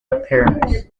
appearance